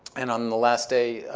and on the last day,